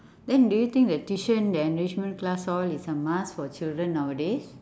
then do you think the tuition the enrichment class all is a must for children nowadays